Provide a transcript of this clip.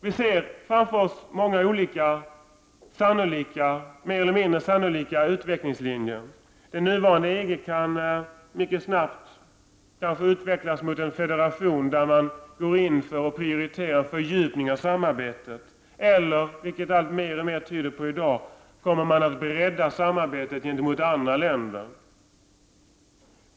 Vi ser framför oss många olika mer eller mindre sannolika utvecklingslinjer. Det nuvarande EG kan mycket snabbt kanske utvecklas mot en federation där man går in för att prioritera en fördjupning av samarbetet, eller — vilket allt tyder alltmer på i dag — mot ett breddat samarbete gentemot andra länder.